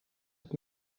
het